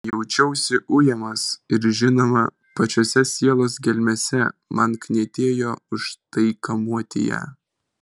jaučiausi ujamas ir žinoma pačiose sielos gelmėse man knietėjo už tai kamuoti ją